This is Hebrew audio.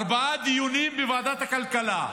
ארבעה דיונים בוועדת הכלכלה.